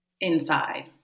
inside